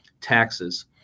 Taxes